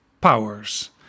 powers